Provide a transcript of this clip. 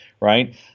Right